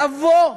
לבוא,